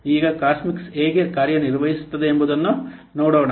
ಈಗ ಕಾಸ್ಮಿಕ್ಸ್ ಹೇಗೆ ಕಾರ್ಯನಿರ್ವಹಿಸುತ್ತದೆ ಎಂಬುದನ್ನು ನೋಡೋಣ